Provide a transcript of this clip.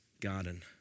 garden